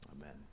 Amen